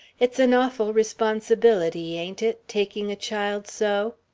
it's an awful responsibility, ain't it taking a child so?